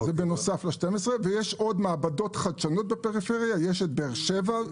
יש עוד מעבדות חדשנות בפריפריה: יש את פינסק בבאר שבע.